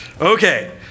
Okay